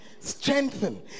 strengthen